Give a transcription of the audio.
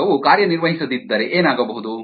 ಪ್ರಯೋಗವು ಕಾರ್ಯನಿರ್ವಹಿಸದಿದ್ದರೆ ಏನಾಗಬಹುದು